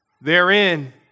therein